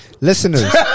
Listeners